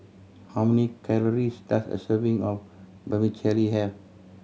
how many calories does a serving of Vermicelli have